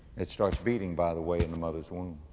it starts beating, by the way, in the mother's womb,